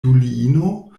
juliino